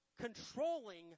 controlling